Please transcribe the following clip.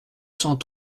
cent